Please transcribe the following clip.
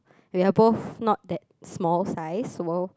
we are both not that small size so